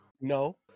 No